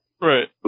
Right